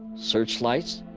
searchlights,